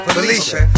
Felicia